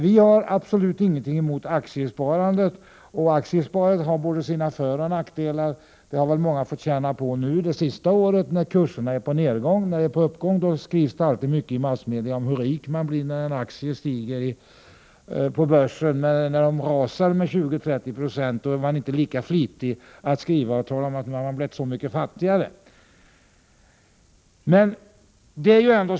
Vi har absolut inget emot aktiesparande — det I har både föroch nackdelar, vilket många fått känna på under de senaste åren då kurserna har varit på väg ned. När kurserna på aktiebörsen är på väg upp skrivs det alltid mycket i massmedia om hur rik man blir. Men när kurserna rasar med 20-30 96 är massmediafolket inte lika flitigt när det gäller att skriva och tala om hur mycket fattigare man har blivit.